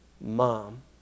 mom